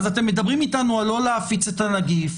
אז אתם מדברים אתנו לא להפיץ את הנגיף,